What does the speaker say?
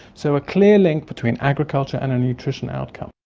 so, a clear link between agriculture and a nutrition outcome.